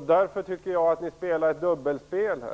Därför tycker jag att ni spelar ett dubbelspel.